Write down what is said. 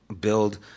build